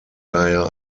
daher